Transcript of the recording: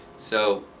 so